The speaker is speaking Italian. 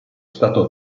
stato